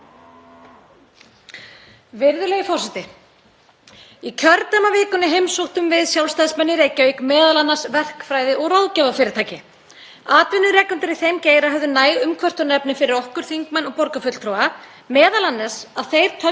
Atvinnurekendur í þeim geira höfðu næg umkvörtunarefni fyrir okkur þingmenn og borgarfulltrúa, m.a. töldu þeir sig reka þjálfunarbúðir fyrir ríkisstarfsmenn. Það væri sem sagt viðvarandi vandamál á þessum vinnustöðum að ríkið tæki frá þeim starfskrafta.